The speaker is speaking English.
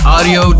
Audio